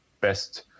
best